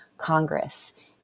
Congress